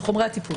על חומרי הטיפול.